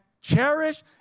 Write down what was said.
cherish